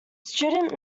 student